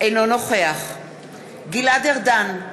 אינו נוכח גלעד ארדן,